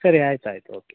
ಸರಿ ಆಯ್ತು ಆಯ್ತು ಓಕೆ